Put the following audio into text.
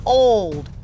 old